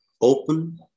open